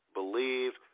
believe